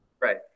Right